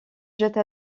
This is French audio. jette